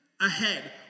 ahead